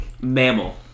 mammal